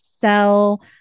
sell